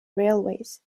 railways